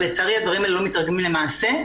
אבל לצערנו הדברים לא מתרגמים למעשה.